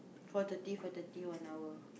four thirty four thirty one hour